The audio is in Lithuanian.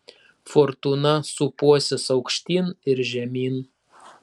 fortūna sūpuosis aukštyn ir žemyn